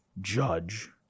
Judge